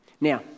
Now